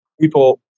People